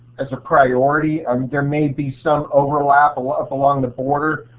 as a priority um there may be some overlap up along the border,